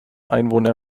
einwohner